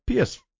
PS